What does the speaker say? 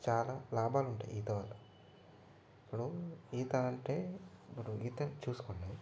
చాలా లాభాలు ఉంటాయి ఈత వల్ల ఇప్పుడు ఈత అంటే ఇప్పుడు ఈతను చూసుకుంటే